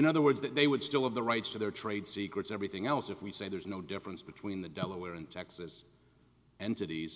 in other words that they would still have the rights to their trade secrets everything else if we say there's no difference between the delaware in texas and cities